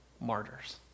martyrs